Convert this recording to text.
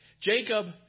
Jacob